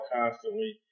constantly